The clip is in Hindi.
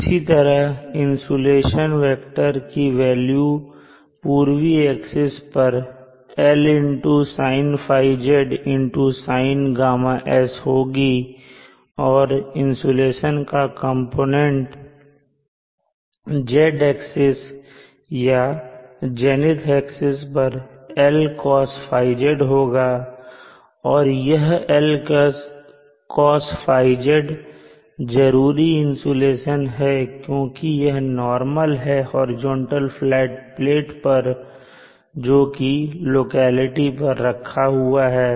इसी तरह इंसुलेशन वेक्टर की वेल्यू पूर्वी एक्सिस पर L sinθz sinγs होगी और इंसुलेशन का कंपोनेंट Z एक्सिस या जेनिथ एक्सिस पर L cosθz होगा और यह L cosθz जरूरी इंसुलेशन है क्योंकि यह नॉर्मल है हॉरिजॉन्टल फ्लैट प्लेट पर जो कि लोकेलिटी पर रखा हुआ है